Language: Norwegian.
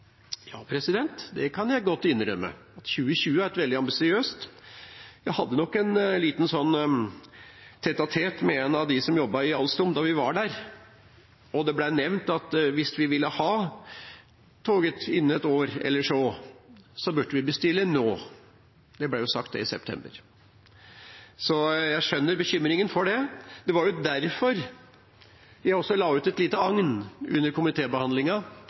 det kan jeg godt innrømme, 2020 er veldig ambisiøst. Jeg hadde en liten tête-à-tête med en av dem som jobbet i Alstom da vi var der, og det ble nevnt at hvis vi ville ha toget innen et år eller så, burde vi bestille nå – det ble sagt i september. Så jeg skjønner bekymringen for det. Det var derfor jeg la ut et lite agn under